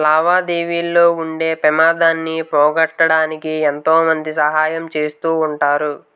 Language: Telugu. లావాదేవీల్లో ఉండే పెమాదాన్ని పోగొట్టడానికి ఎంతో మంది సహాయం చేస్తా ఉంటారు